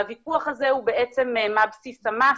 הוויכוח הזה הוא מה בסיס המס.